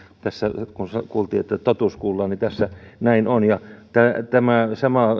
tässä kun kuultiin että että totuus kuullaan niin tässä näin on tämä